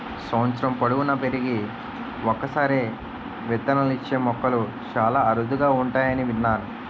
సంవత్సరం పొడువునా పెరిగి ఒక్కసారే విత్తనాలిచ్చే మొక్కలు చాలా అరుదుగా ఉంటాయని విన్నాను